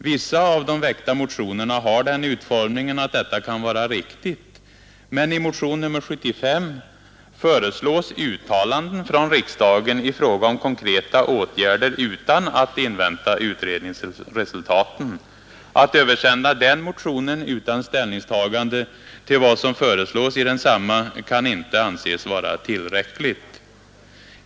Vissa av de väckta motionerna har den utformningen att detta kan vara riktigt, men i motionen 75 föreslås uttalanden från riksdagen i fråga om konkreta åtgärder utan att invänta utredningsresultaten. Att översända den motionen utan ställningstagande till vad som föreslås i densamma kan inte anses vara tillräckligt.